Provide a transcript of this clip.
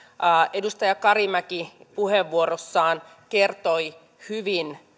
edustaja karimäki puheenvuorossaan kertoi hyvin